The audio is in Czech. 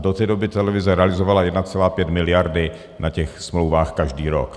Do té doby televize realizovala 1,5 miliardy na těch smlouvách každý rok.